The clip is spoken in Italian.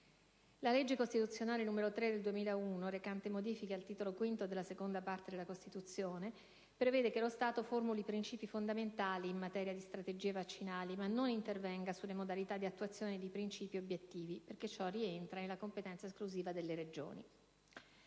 La legge costituzionale n. 3 del 2001, recante «Modifiche al Titolo V della Parte II della Costituzione» (articolo 117), prevede che lo Stato formuli i principi fondamentali in materia di strategie vaccinali, ma non intervenga sulle modalità di attuazione di principi ed obiettivi, perché ciò rientra nella competenza esclusiva delle Regioni.